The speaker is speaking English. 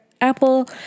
apple